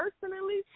personally